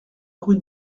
rue